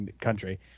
country